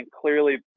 clearly –